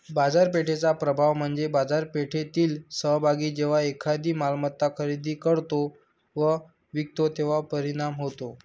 बाजारपेठेचा प्रभाव म्हणजे बाजारपेठेतील सहभागी जेव्हा एखादी मालमत्ता खरेदी करतो व विकतो तेव्हा परिणाम होतो